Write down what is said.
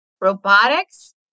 robotics